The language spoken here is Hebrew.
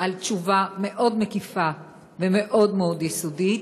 על תשובה מאוד מקיפה ומאוד מאוד יסודית.